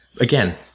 Again